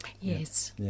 Yes